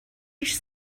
هیچ